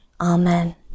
Amen